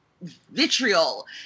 vitriol